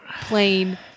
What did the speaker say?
plain